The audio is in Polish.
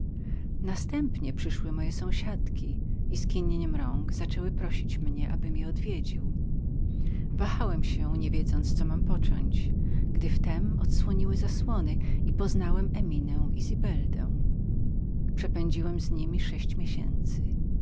następnie przyszły moje sąsiadki i skinieniem rąk zaczęły prosić mnie abym je odwiedził wahałem się niewiedząc co mam począć gdy w tem odsłoniły zasłony i poznałem eminę i zibeldę przepędziłem z niemi sześć miesięcy